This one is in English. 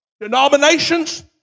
Denominations